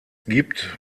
gibt